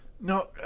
No